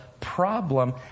problem